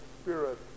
Spirit